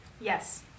yes